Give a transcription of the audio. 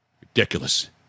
Ridiculous